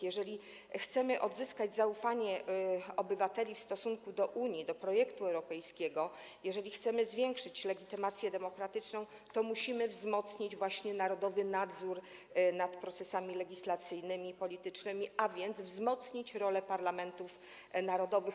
Jeżeli chcemy odzyskać zaufanie obywateli do Unii, do projektu europejskiego, jeżeli chcemy zwiększyć legitymację demokratyczną, to musimy wzmocnić właśnie narodowy nadzór nad procesami legislacyjnymi i politycznymi, a więc wzmocnić rolę parlamentów narodowych.